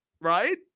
Right